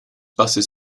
buses